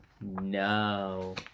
No